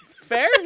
Fair